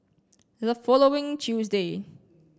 the following Tuesday